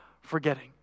forgetting